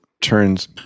turns